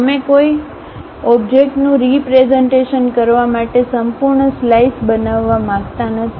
અમે કોઈ ઓબ્જેક્ટનું રીપ્રેઝન્ટેશન કરવા માટે સંપૂર્ણ સ્લાઇસ બનાવવા માંગતા નથી